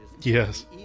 Yes